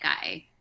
guy